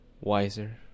wiser